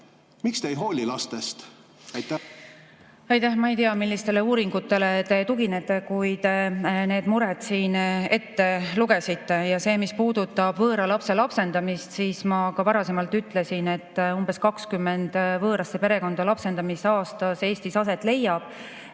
Miks te ei hooli lastest? Aitäh!